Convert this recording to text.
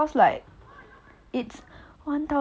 ya I think got another two hundred or three hundred